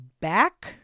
back